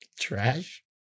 Trash